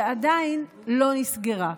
שעדיין לא נסגרה.